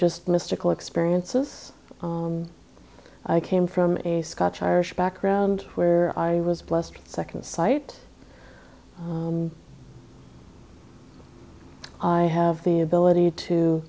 just mystical experiences i came from a scotch irish background where i was blessed second sight i have the ability to